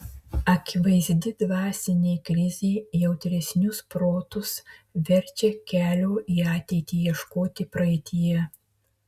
akivaizdi dvasinė krizė jautresnius protus verčia kelio į ateitį ieškoti praeityje